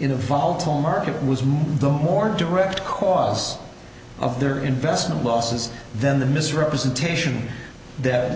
in a volatile market was more the more direct cause of their investment losses then the misrepresentation that